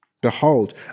Behold